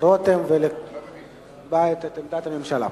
רותם ולהביע את עמדת הממשלה.